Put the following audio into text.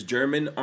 German